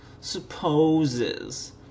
Supposes